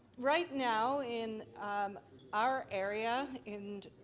right now in our area in